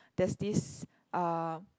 there's this uh